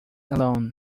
alone